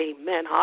amen